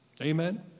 Amen